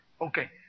Okay